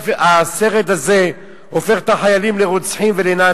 הסרט הזה הופך את החיילים לרוצחים ולנאצים.